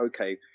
okay